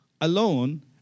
alone